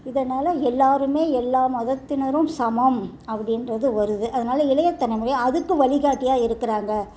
இதனால் எல்லாருமே எல்லா மதத்தினரும் சமம் அப்படின்றது வருது அதனால இளைய தலைமுறை அதுக்கு வழிகாட்டியாக இருக்கிறாங்க